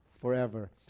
forever